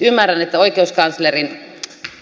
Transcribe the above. ymmärrän että oikeuskanslerin